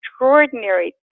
extraordinary